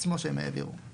עצמו שהם העבירו.